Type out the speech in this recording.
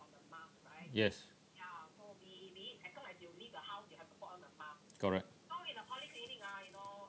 yes correct